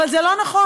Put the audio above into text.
אבל זה לא נכון.